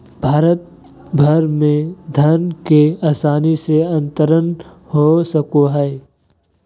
भारत भर में धन के आसानी से अंतरण हो सको हइ